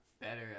better